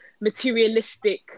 materialistic